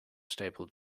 stable